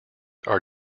are